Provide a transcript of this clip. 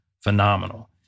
phenomenal